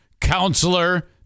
counselor